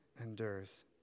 endures